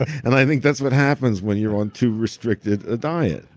and i think that's what happens when you're on too restricted ah diet.